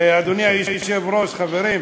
אדוני היושב-ראש, חברים,